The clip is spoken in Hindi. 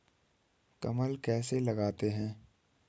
कलम कैसे लगाते हैं?